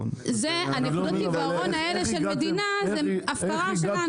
נקודות העיוורון האלה של המדינה הן הפקרה שלנו.